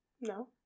No